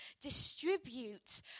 distribute